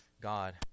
God